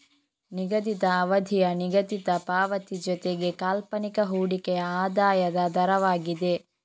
ನಿಗದಿತ ಅವಧಿಯ ನಿಗದಿತ ಪಾವತಿ ಜೊತೆಗೆ ಕಾಲ್ಪನಿಕ ಹೂಡಿಕೆಯ ಆದಾಯದ ದರವಾಗಿದೆ